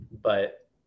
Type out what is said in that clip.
but-